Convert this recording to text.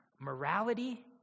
morality